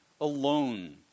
alone